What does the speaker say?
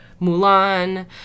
Mulan